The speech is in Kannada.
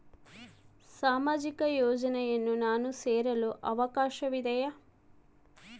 ಸಾಮಾಜಿಕ ಯೋಜನೆಯನ್ನು ನಾನು ಸೇರಲು ಅವಕಾಶವಿದೆಯಾ?